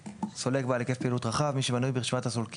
"סולק בעל היקף פעילות רחב" מי שמנוי ברשימת הסולקים